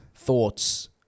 thoughts